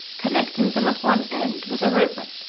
connecting them at one end with a rivet,